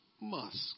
Musk